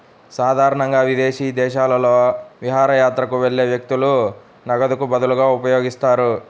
సాధారణంగా విదేశీ దేశాలలో విహారయాత్రకు వెళ్లే వ్యక్తులు నగదుకు బదులుగా ఉపయోగిస్తారు